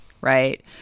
right